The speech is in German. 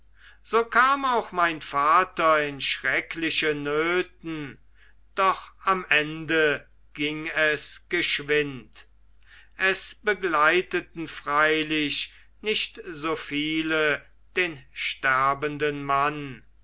so kam auch mein vater in schreckliche nöten doch am ende ging es geschwind es begleiteten freilich nicht so viele den sterbenden mann